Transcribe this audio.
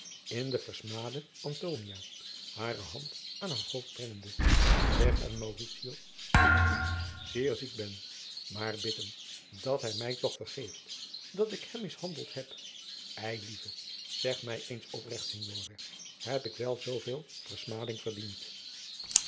in de versmade antonia hare hand aan haar hoofd brengende zeg aan mauritio dat ik ziek zeer ziek ben maar bid hem dat hij mij toch vergeeft dat ik hem mishandeld heb eilieve zeg mij eens opregt signore heb ik wel zooveel versmading verdiend